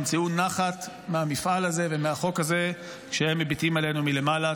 ימצאו נחת מהמפעל הזה ומהחוק הזה כשהם מביטים עלינו מלמעלה.